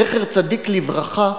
זכר צדיק לברכה,